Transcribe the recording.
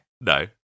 No